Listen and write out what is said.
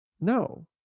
No